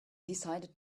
decided